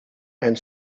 and